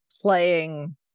playing